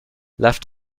left